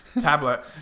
tablet